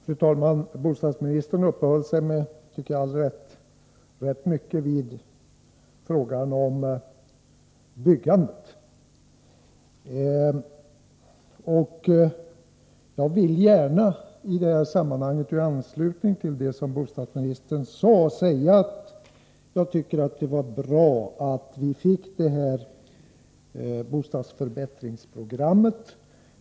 Fru talman! Bostadsministern uppehöll sig, med all rätt, ganska mycket vid frågan om byggandet. Jag vill gärna i detta sammanhang, och i anslutning till det som bostadsministern sade, säga att jag tycker att det var bra att vi fick bostadsförbättringsprogrammet.